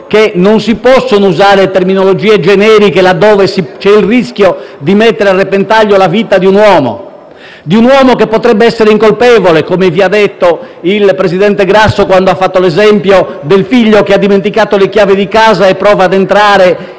che non si possono usare terminologie generiche laddove c'è il rischio di mettere a repentaglio la vita di un uomo che potrebbe essere incolpevole. Ve l'ha detto il presidente Grasso, quando ha fatto l'esempio di un figlio che ha dimenticato le chiavi di casa e prova a rientrare